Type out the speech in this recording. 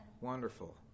Wonderful